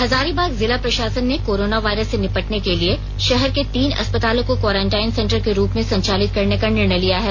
हजारीबाग जिला प्रशासन ने कोरोना वायरस से निपटने के लिए शहर के तीन अस्पतालों को क्वॉरेंटाइन सेंटर के रूप संचालित करने का निर्णय लिया है